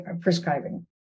prescribing